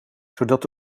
zodat